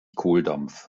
kohldampf